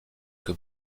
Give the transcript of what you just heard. que